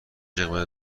قیمت